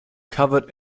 covered